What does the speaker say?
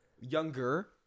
younger